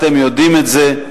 אתם יודעים את זה,